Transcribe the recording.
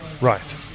Right